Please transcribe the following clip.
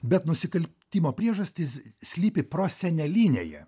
bet nusikaltimo priežastys slypi prosenelinėje